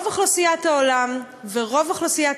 טוב, אני רוצה קצת אולי לצנן את